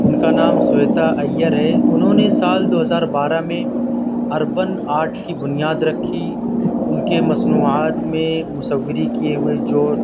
ان کا نام سویتا ایّر ہے انہوں نے سال دو ہزار بارہ میں اربن آرٹ کی بنیاد رکھی ان کے مصنوعات میں مصوّری کیے ہوئے جو